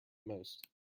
most